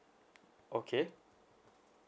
okay